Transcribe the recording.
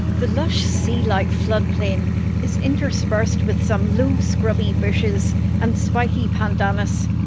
the lush, sea-like floodplain is interspersed with some low, scrubby bushes and spiky pandanus.